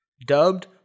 Dubbed